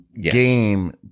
game